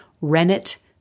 rennet